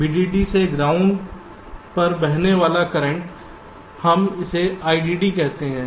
VDD से ground पर बहने वाला करंट हम इसे IDD कहते हैं